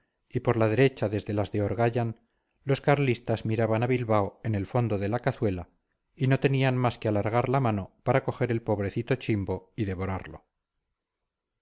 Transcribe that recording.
y por la derecha desde las de ollargan los carlistas miraban a bilbao en el fondo de la cazuela y no tenían más que alargar la mano para coger el pobrecito chimbo y devorarlo